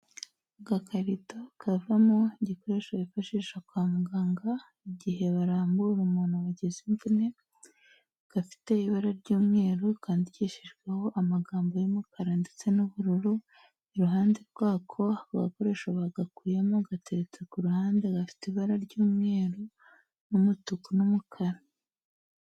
Agakarito kavamo igikoresho bifashisha kwa muganga igihe barambura umuntu wagize imvune gafite ibara ry'umweru kandikishijweho amagambo y'umukara ndetse n'ubururu iruhande rwako gakoresho bagakuyemo bagateretse k'uruhande gafite ibara ry'umweru n'umutuku n'umukara.